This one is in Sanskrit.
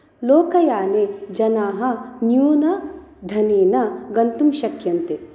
लोकयाने जनाः न्यूनधनेन गन्तुं शक्यन्ते